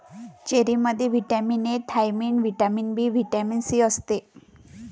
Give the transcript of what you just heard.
चेरीमध्ये vitamin A, thiamine, vitamin B, vitamin C असते